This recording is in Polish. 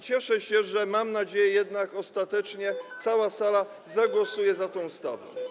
Cieszę się, że - mam nadzieję - jednak ostatecznie cała sala zagłosuje za tą ustawą.